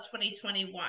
2021